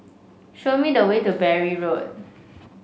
show me the way to Bury Road